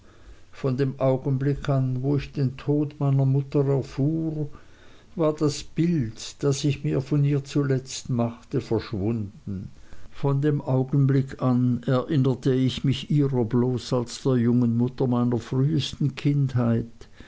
von dem augenblick an wo ich den tod meiner mutter erfuhr war das bild das ich mir zuletzt von ihr machte verschwunden von dem augenblick an erinnerte ich mich ihrer bloß als der jungen mutter meiner frühesten kindheit